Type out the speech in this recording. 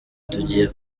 tugiye